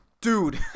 Dude